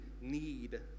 need